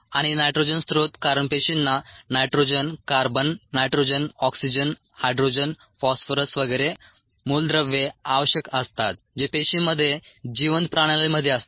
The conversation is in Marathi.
आणि नायट्रोजन स्त्रोत कारण पेशींना nitrogen carbon nitrogen oxygen hydrogen phosphorus वगैरे मूलद्रव्ये आवश्यक असतात जे पेशींमध्ये जिवंत प्रणालीमध्ये असतात